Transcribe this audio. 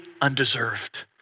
undeserved